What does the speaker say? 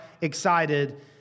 excited